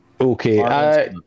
Okay